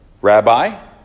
Rabbi